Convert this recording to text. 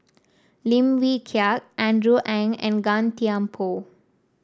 Lim Wee Kiak Andrew Ang and Gan Thiam Poh